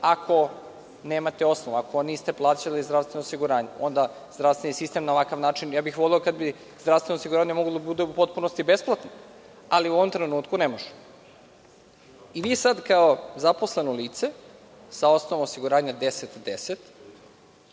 ako nemate osnov, ako niste plaćali zdravstveno osiguranje. Ja bih voleo kada bi zdravstveno osiguranje moglo da bude u potpunosti besplatno, ali, u ovom trenutku ne može. I vi sad kao zaposleno lice sa osnovom osiguranja 1010